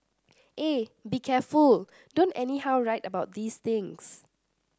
eh be careful don't anyhow write about these things